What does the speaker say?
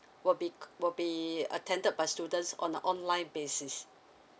will be will be attended by students on a online basis